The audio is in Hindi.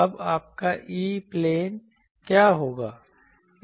अब आपका E प्लेन क्या होगा